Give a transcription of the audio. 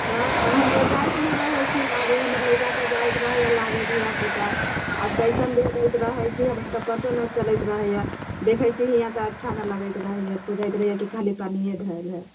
तब अब हम तऽ जाइत ने रहै छी लाबे हमर लड़िका सभ जाइत रहैए लाबे धियापुता आओर कैसन दूध दैत रहै छी हमरा तऽ पतो नहि चलैत रहैए देखै छी हियाँ तऽ अच्छा नहि लगैत रहैए बुझाइत रहैए कि खाली पानिये धैल हय